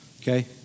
okay